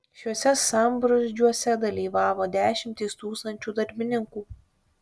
šiuose sambrūzdžiuose dalyvavo dešimtys tūkstančių darbininkų